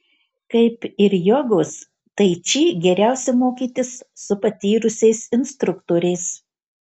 kaip ir jogos tai či geriausia mokytis su patyrusiais instruktoriais